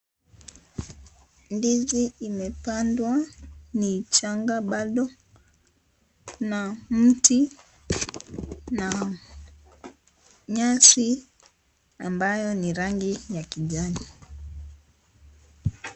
Ndizi imepandwa, ni changa bado na mti, na nyasi amabayo ni rangi ya kijani.